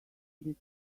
did